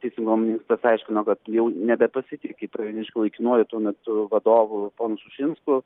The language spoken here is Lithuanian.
teisingumo ministras aiškino kad jau nebepasitiki pravieniškių laikinuoju tuo metu vadovu ponu sušinsku